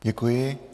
Děkuji.